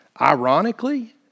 Ironically